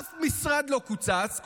אף משרד לא קוצץ,